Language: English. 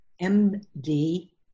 m-d